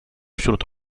wśród